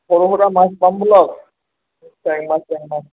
সৰু সুৰা মাছ পাম ব'লক চেং মাছ টেং মাছ